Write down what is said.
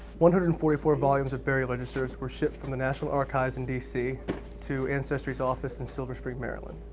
one hundred and forty four volumes of burial registers were shipped from the national archives in dc to ancestry's office in silver spring, maryland.